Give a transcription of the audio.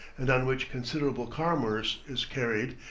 and on which considerable commerce is carried,